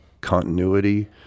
continuity